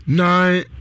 nine